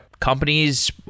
companies